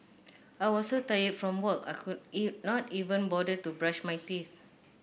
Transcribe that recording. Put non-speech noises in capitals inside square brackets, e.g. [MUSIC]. I was so tired from work I could [UNINTELLIGIBLE] not even bother to brush my teeth